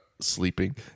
sleeping